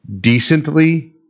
decently